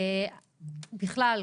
בכלל,